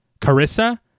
Carissa